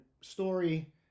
story